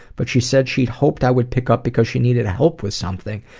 but she said she hoped i would pick up because she needed help with something.